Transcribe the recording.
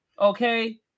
Okay